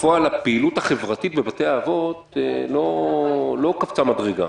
בפועל הפעילות החברתית בבתי האבות לא קפצה מדרגה.